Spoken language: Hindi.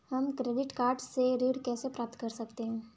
हम क्रेडिट कार्ड से ऋण कैसे प्राप्त कर सकते हैं?